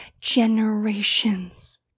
generations